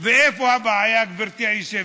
ואיפה הבעיה, גברתי היושבת-ראש?